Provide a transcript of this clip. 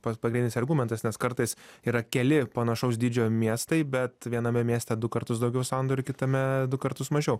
pa pavienis argumentas nes kartais yra keli panašaus dydžio miestai bet viename mieste du kartus daugiau sandorių kitame du kartus mažiau